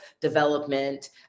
development